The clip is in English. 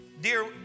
dear